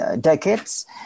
decades